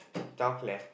tell Claire